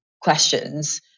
questions